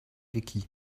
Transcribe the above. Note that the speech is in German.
wiki